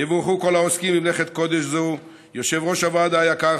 יבורכו כל העוסקים במלאכת קודש זו: יושב-ראש הוועדה היקר,